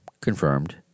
confirmed